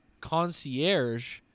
concierge